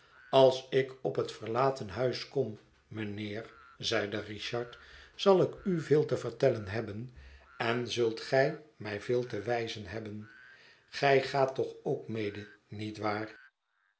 als ik op het verlaten huis kom mijnheer zeide richard zal ik u veel te vertellen hebben en zult gij mij veel te wijzen hebben gij gaat toch ook mede niet waar